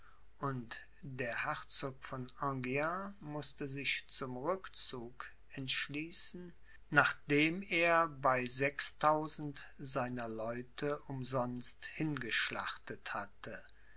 und der herzog von enghien mußte sich zum rückzug entschließen nachdem er bei sechstausend seiner leute umsonst hingeschlachtet hatte